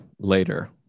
later